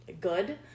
good